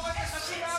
20 שנה.